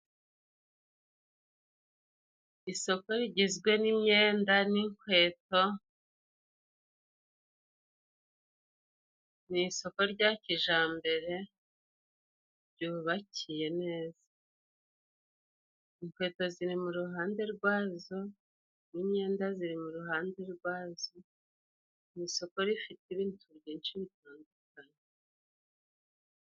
Isoko rigizwe n'imyenda n'inkweto, ni isoko rya kijambere ryubakiye neza, inkweto ziri mu ruhande rwazo n'imyenda ziri mu ruhande rwazo, ni isoko rifite ibindi byinshi bitandukanye.